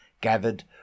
gathered